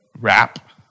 rap